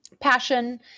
passion